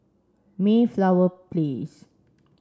Mayflower Place